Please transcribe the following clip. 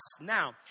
Now